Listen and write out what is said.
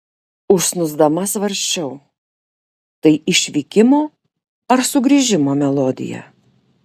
užsnūsdama svarsčiau tai išvykimo ar sugrįžimo melodija